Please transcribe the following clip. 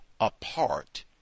apart